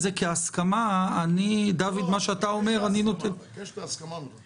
מדובר בסופו של דבר בנסיבות חריגות ובתקופה חריגה של קורונה.